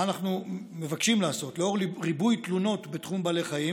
מה אנחנו מבקשים לעשות לנוכח ריבוי תלונות בתחום בעלי חיים?